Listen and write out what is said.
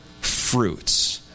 fruits